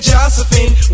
Josephine